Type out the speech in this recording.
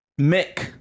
Mick